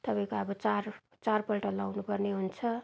तपाईँको अब चार चारपल्ट लाउनपर्ने हुन्छ